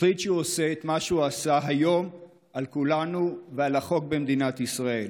החליט שהוא עושה את מה שהוא עשה היום על כולנו ועל החוק במדינת ישראל.